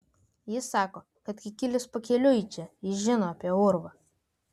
jis sako kad kikilis pakeliui į čia jis žino apie urvą